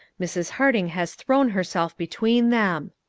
mrs. harding has thrown herself between them.